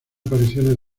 apariciones